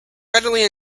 readily